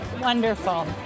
Wonderful